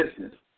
business